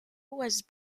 was